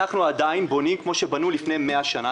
אנחנו עדיין בונים כמו שבנו לפני מאה שנה.